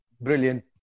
Brilliant